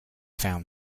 found